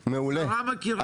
רגע, מפרגן לך.